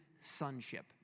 sonship